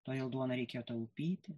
todėl duoną reikėjo taupyti